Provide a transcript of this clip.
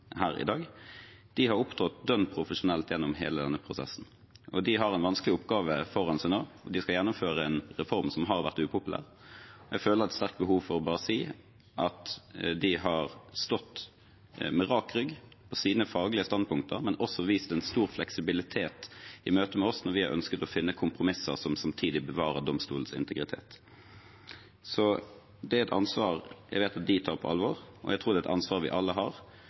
her i dag. De har opptrådt dønn profesjonelt gjennom hele denne prosessen, og de har en vanskelig oppgave foran seg nå. De skal gjennomføre en reform som har vært upopulær. Jeg føler et sterkt behov for bare å si at de har stått, med rak rygg, på sine faglige standpunkter, men også vist en stor fleksibilitet i møte med oss når vi har ønsket å finne kompromisser som samtidig bevarer domstolens integritet. Så det er et ansvar jeg vet at de tar på alvor, og jeg tror vi alle har et ansvar